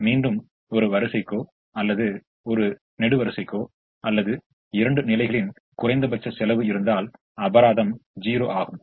மீண்டும் ஒரு வரிசைக்கோ அல்லது நெடுவரிசைக்கோ அல்லது இரண்டு நிலைகளின் குறைந்தபட்ச செலவு இருந்தால் அபராதம் 0 ஆகும்